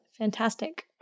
Fantastic